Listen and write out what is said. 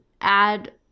add